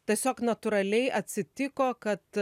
tiesiog natūraliai atsitiko kad